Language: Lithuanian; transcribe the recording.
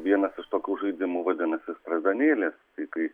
vienas iš tokių žaidimų vadinasi strazdanėlės tai kai